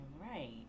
right